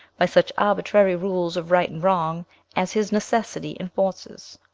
by such arbitrary rules of right and wrong as his necessity enforces.